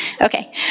Okay